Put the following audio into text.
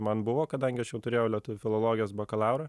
man buvo kadangi aš jau turėjau lietuvių filologijos bakalaurą